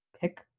pick